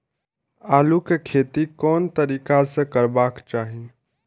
आलु के खेती कोन तरीका से करबाक चाही?